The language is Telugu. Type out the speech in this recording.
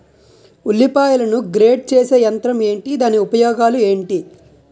ఉల్లిపాయలను గ్రేడ్ చేసే యంత్రం ఏంటి? దాని ఉపయోగాలు ఏంటి?